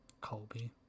Colby